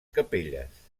capelles